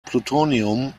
plutonium